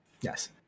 Yes